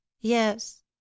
yes